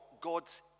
God's